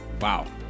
Wow